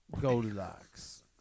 Goldilocks